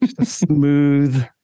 Smooth